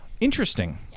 Interesting